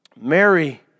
Mary